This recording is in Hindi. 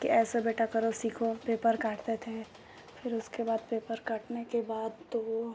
कि ऐसे बेटा करो सीखो पेपर काटते थे फिर उसके बाद पेपर काटने के बाद तो